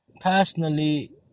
personally